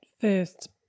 first